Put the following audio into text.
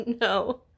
No